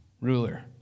ruler